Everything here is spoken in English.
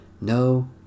No